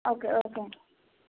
okay okay అండి